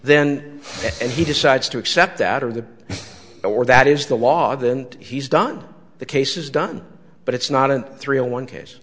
then and he decides to accept that or the or that is the law then he's done the case is done but it's not an three in one case